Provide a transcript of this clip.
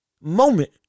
moment